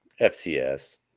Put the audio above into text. FCS